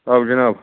آ جِناب